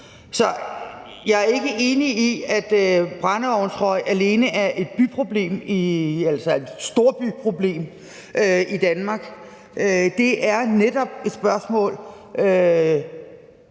jeg er ikke enig i, at brændeovnsrøg alene er et storbyproblem i Danmark. Det er netop et spørgsmål,